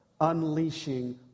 unleashing